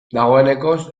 dagoenekoz